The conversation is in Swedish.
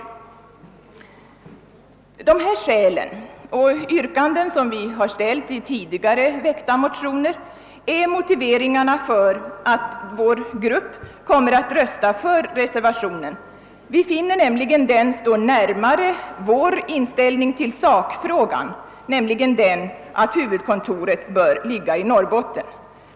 Av de skäl som jag nu har anfört och på grund av yrkanden som vi har ställt i tidigare väckta motioner kommer vår grupp att rösta för reservationen. Vi finner nämligen att den står närmare vår inställning till sakfrågan, att huvudkontoret bör ligga i Norrbotten.